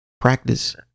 Practice